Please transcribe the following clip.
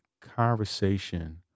conversation